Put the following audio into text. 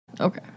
Okay